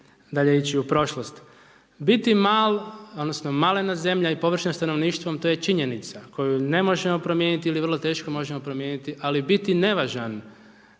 dalje ići u prošlost. Biti mal, odnosno malena zemlja i površinom i stanovništvom, to je činjenica koju ne možemo promijeniti ili vrlo teško možemo promijeniti, ali biti nevažan